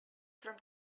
from